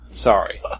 Sorry